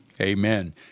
Amen